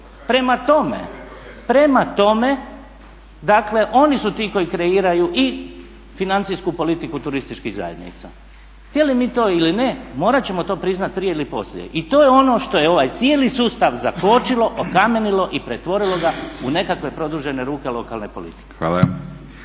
Prema tome, oni su ti koji kreiraju i financijsku politiku turističkih zajednica. Htjeli mi to ili ne morat ćemo to priznati prije ili poslije i to je ono što je ovaj cijeli sustav zakočilo, okamenilo i pretvorilo ga u nekakve produžene ruke lokalne politike.